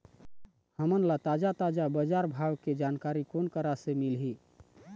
हमन ला ताजा ताजा बजार भाव के जानकारी कोन करा से मिलही?